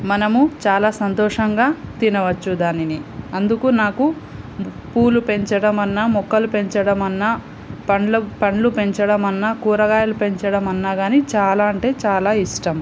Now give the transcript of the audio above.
మనము చాలా సంతోషంగా తినవచ్చు దానిని అందుకు నాకు పూలు పెంచడం అన్నా మొక్కలు పెంచడం అన్నా పండ్ల పండ్లు పెంచడం అన్నా కురాగాయలు పెంచడం అన్నా కానీ చాలా అంటే చాలా ఇష్టం